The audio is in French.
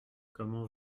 comment